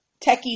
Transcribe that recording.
techie